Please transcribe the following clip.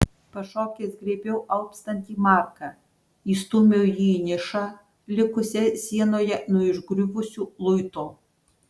pašokęs griebiau alpstantį marką įstūmiau jį į nišą likusią sienoje nuo išgriuvusiu luito